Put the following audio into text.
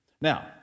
Now